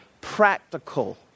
practical